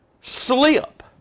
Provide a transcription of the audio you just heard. slip